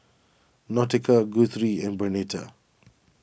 Nautica Guthrie and Bernita